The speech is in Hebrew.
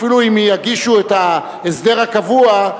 אפילו אם יגישו את ההסדר הקבוע,